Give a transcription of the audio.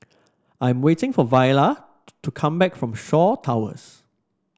I'm waiting for Viola to to come back from Shaw Towers